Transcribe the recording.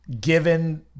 given